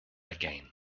again